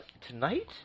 tonight